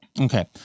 okay